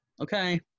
okay